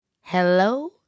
Hello